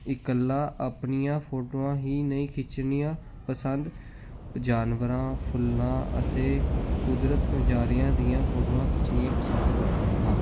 ਇਕੱਲਾ ਆਪਣੀਆਂ ਫੋਟੋਆਂ ਹੀ ਨਹੀਂ ਖਿੱਚਣੀਆਂ ਪਸੰਦ ਜਾਨਵਰਾਂ ਫੁੱਲਾਂ ਅਤੇ ਕੁਦਰਤ ਨਜ਼ਾਰਿਆਂ ਦੀਆਂ ਫੋਟੋਆਂ ਖਿੱਚਣੀਆਂ ਪਸੰਦ ਕਰਦਾ ਹਾਂ